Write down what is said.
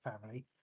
family